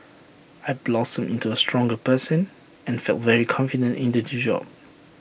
I blossomed into A stronger person and felt very confident in the G job